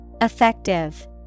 Effective